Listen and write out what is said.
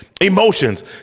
Emotions